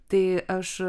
tai aš